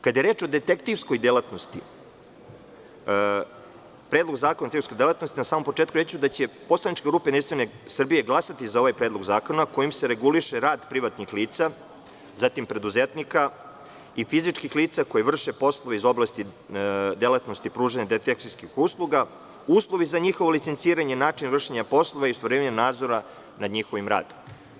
Kada je reč o detektivskoj delatnosti, Predlog zakona o detektivskoj delatnosti, na samom početku reći ću da će poslanička grupa Jedinstvena Srbija glasati za ovaj Predlog zakona, kojim se reguliše rad privatnih lica, zatim preduzetnika i fizičkih lica koji vrše poslove iz oblasti delatnosti pružanja detektivskih usluga, uslovi za njihovo licenciranje i način vršenja poslova i ostvarivanje nadzora nad njihovim radom.